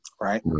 Right